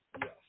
Yes